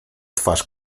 twarz